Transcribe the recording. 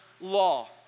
law